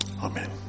Amen